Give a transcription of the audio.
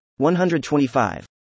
125